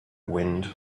wind